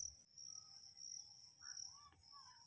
करकी माटी मे कोन फ़सल लगाबै के चाही?